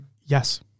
yes